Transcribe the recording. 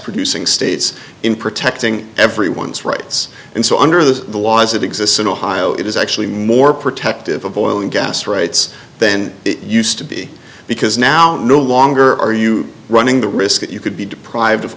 producing states in protecting everyone's rights and so under the law as it exists in ohio it is actually more protective of oil and gas rights then it used to be because now no longer are you running the risk that you could be deprived of